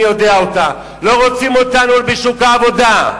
יודע אותה: לא רוצים אותנו בשוק העבודה,